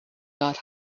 not